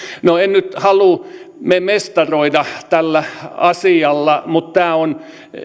no en nyt halua mestaroida tällä asialla mutta tämä on